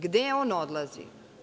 Gde on odlazi?